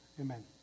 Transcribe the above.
amen